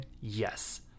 Yes